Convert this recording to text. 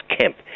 camp